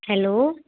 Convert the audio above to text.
hello